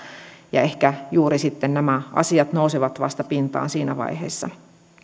ja ehkä juuri siksi nämä asiat nousevat pintaan vasta siinä vaiheessa